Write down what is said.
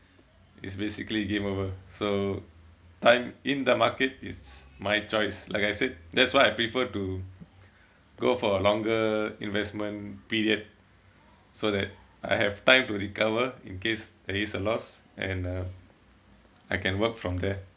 it's basically game over so time in the market is my choice like I said that's why I prefer to go for a longer investment period so that I have time to recover in case there is a loss and uh I can work from there